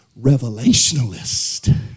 revelationalist